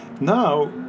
Now